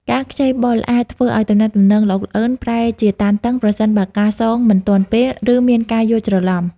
ការខ្ចីបុលអាចធ្វើឲ្យទំនាក់ទំនងល្អូកល្អឺនប្រែជាតានតឹង ប្រសិនបើការសងមិនទាន់ពេល ឬមានការយល់ច្រឡំ។